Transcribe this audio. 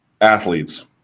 athletes